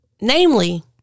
namely